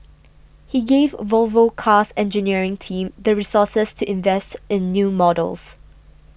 he gave Volvo Car's engineering team the resources to invest in new models